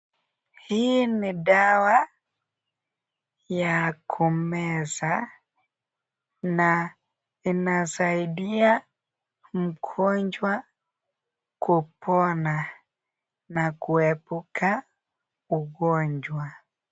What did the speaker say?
Hii ni dawa ya kumeza na inasaidia mgonjwa kupona na kuepuka ugonjwa.